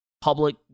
public